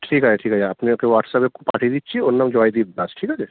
ঠিক আছে ঠিক আছে আপনাকে হোয়াটসঅ্যাপে পাঠিয়ে দিচ্ছি ওর নাম জয়দ্বীপ দাস ঠিক আছে